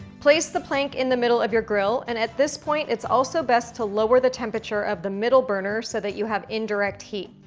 place the plank in the middle of your grill, and at this point it's also best to lower the temperature of the middle burner so that you have indirect heat.